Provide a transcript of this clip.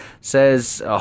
says